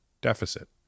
deficit